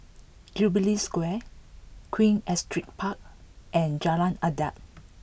Jubilee Square Queen Astrid Park and Jalan Adat